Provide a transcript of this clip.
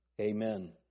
Amen